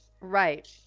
right